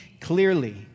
clearly